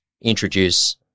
introduce